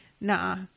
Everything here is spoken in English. nah